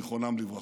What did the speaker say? זיכרונם לברכה.